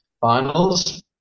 finals